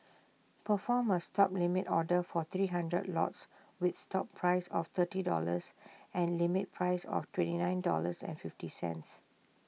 perform A stop limit order for three hundred lots with stop price of thirty dollars and limit price of twenty nine dollars fifty cents